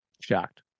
Shocked